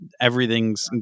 everything's